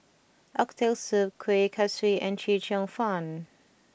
Oxtail Soup Kueh Kaswi and Chee Cheong Fun